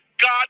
God